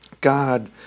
God